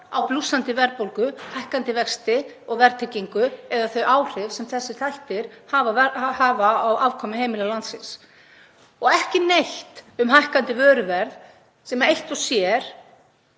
á blússandi verðbólgu, hækkandi vexti og verðtryggingu eða þau áhrif sem þessir þættir hafa á afkomu heimila landsins og ekki neitt á hækkandi vöruverð sem eitt og sér,